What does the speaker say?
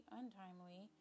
untimely